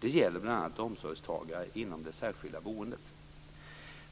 Det gäller bl.a. omsorgstagare inom det särskilda boendet.